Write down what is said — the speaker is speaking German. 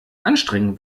anstrengen